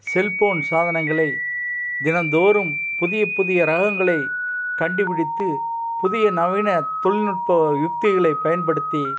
cellphone சாதனங்களை தினந்தோறும் புதிய புதிய ரகங்களை கண்டுபிடித்து புதிய நவீன தொழில்நுட்ப யுக்திகளை பயன்படுத்தி